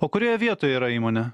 o kurioje vietoje yra įmonė